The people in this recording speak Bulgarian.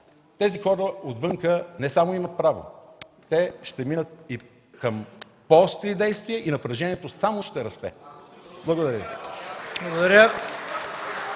така, хората отвън не само имат право, те ще минат и към по-остри действия и напрежението само ще расте. Благодаря